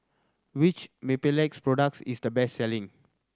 which Mepilex products is the best selling